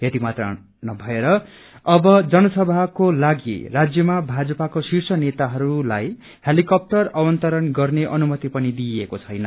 यतिमात्र नभए अब जनसभाकोलागि राज्यमा भाजपाको शिर्ष नेताहरूलाई हेलिकाँप्टर अवतरण गर्ने अनुमति पनि दिइएको छैन